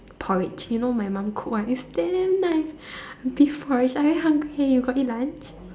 porridge you know my mum cook one it's damn nice beef porridge I very hungry you got eat lunch